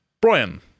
Brian